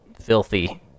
filthy